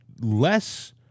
less